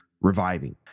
reviving